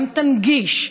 גם תנגיש,